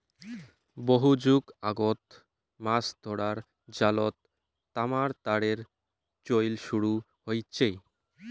বহু যুগ আগত মাছ ধরার জালত তামার তারের চইল শুরু হইচে